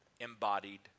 embodied